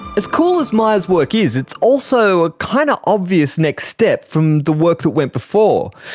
as cool as myers' work is, it's also a kind of obvious next step from the work that went before.